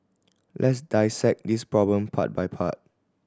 let's dissect this problem part by part